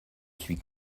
suis